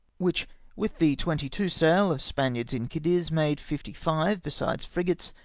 which with the twenty-two sail of spaniards in cadiz made fifty-five, besides frigates,